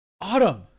Autumn